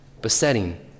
besetting